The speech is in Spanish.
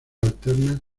alternas